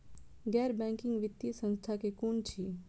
गैर बैंकिंग वित्तीय संस्था केँ कुन अछि?